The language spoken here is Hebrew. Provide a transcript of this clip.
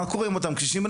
מה קורה עם אותם קשישים?